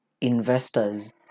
investors